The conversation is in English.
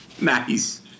Nice